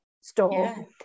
store